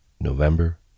November